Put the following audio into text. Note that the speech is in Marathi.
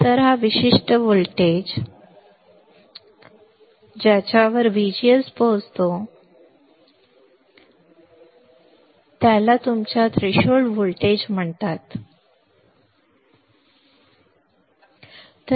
तर हा विशिष्ट व्होल्टेज ज्याच्या वर VGS पोहोचतो त्याला तुमच्या थ्रेशोल्ड व्होल्टेज म्हणतात ठीक आहे